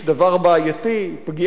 פגיעה בזכויות המורים,